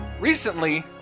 recently